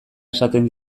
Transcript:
esaten